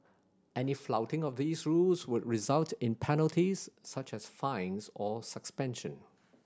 any flouting of these rules would result in penalties such as fines or suspension